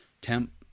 temp